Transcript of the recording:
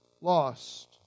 lost